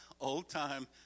old-time